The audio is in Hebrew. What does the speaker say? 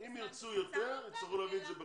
אם ירצו יותר, יצטרכו להביא את זה בחוק.